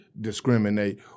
discriminate